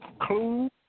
Clue